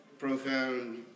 Profound